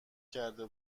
کرده